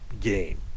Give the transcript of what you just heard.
game